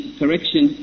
correction